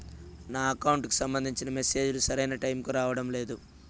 నా అకౌంట్ కి సంబంధించిన మెసేజ్ లు సరైన టైముకి రావడం లేదు